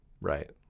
Right